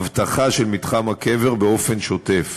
אבטחה, של מתחם הקבר באופן שוטף.